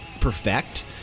perfect